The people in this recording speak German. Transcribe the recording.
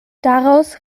daraus